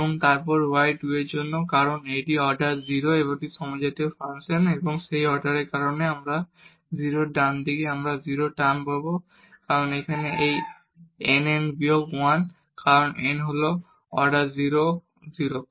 এবং তারপর u 2 এর জন্য কারণ এটিও অর্ডার 0 এর একটি সমজাতীয় ফাংশন এবং সেই অর্ডারের কারণে এখানে 0 ডানদিকে আমরা 0 টার্ম পাবো কারণ এখানে এর n n বিয়োগ 1 এবং কারণ n হল 0 অর্ডার হল 0